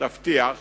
תבטיח